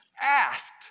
asked